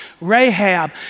Rahab